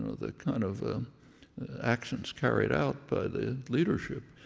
the kind of actions carried out by the leadership.